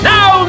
Now